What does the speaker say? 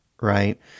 right